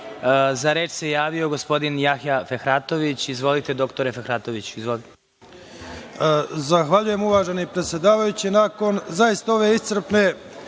za reč se javio gospodin Jahja Fehratović. Izvolite. **Jahja Fehratović** Zahvaljujem, uvaženi predsedavajući. Nakon zaista ove iscrpne